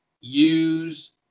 use